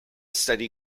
steady